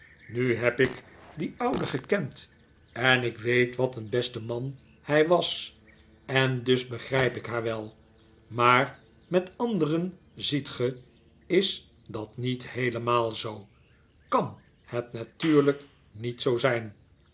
nu heb ik dien ouden gekend en ik weet wat een beste man hij was en dus begrijp ik haar wel maar met anderen ziet ge is dat niet heelemaal zoo kan het natuurlijk niet zoo zijn